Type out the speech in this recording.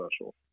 special